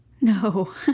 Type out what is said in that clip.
No